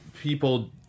people